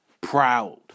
Proud